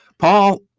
Paul